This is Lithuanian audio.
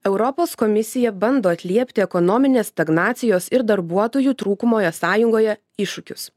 europos komisija bando atliepti ekonominės stagnacijos ir darbuotojų trūkumo sąjungoje iššūkius